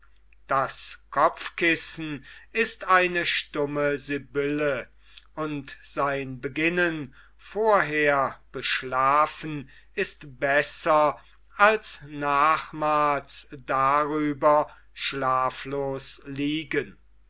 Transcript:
das kopfkissen ist eine stumme sibylle und sein beginnen vorher beschlafen ist besser als nachmals darüber schlaflos liegen